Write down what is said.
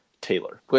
Taylor